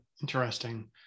interesting